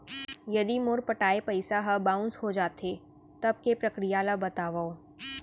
यदि मोर पटाय पइसा ह बाउंस हो जाथे, तब के प्रक्रिया ला बतावव